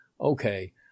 okay